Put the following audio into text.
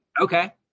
Okay